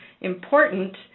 important